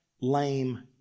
lame